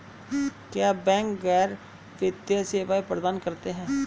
क्या बैंक गैर वित्तीय सेवाएं प्रदान करते हैं?